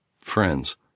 friends